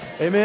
amen